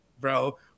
bro